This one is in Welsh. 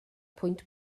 pwynt